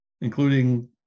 including